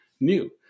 new